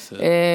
בסדר.